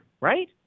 right